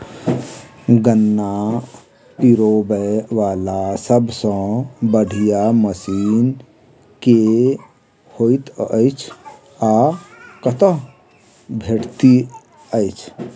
गन्ना पिरोबै वला सबसँ बढ़िया मशीन केँ होइत अछि आ कतह भेटति अछि?